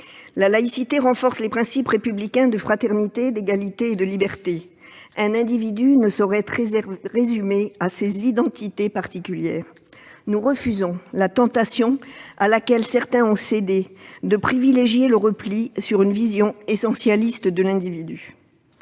La laïcité renforce les principes républicains de fraternité, d'égalité et de liberté. Un individu ne saurait être résumé à ses identités particulières. Nous refusons la tentation, à laquelle certains ont cédé, du repli sur une vision essentialiste de l'individu.